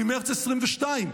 ממרץ 2022,